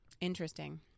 Interesting